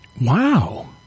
Wow